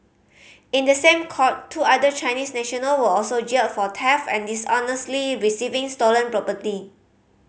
in the same court two other Chinese national were also jailed for theft and dishonestly receiving stolen property